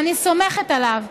ואני סומכת עליו.